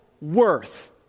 worth